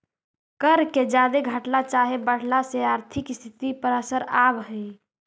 कर के जादे घटला चाहे बढ़ला से आर्थिक स्थिति पर असर आब हई